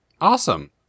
Awesome